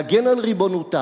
להגן על ריבונותה,